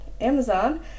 Amazon